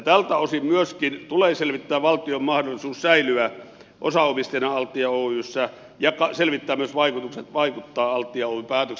tältä osin myöskin tulee selvittää valtion mahdollisuus säilyä osaomistajana altia oyssä ja vaikuttaa altia oyn päätöksentekoon